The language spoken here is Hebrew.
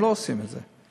הם לא עושים את זה.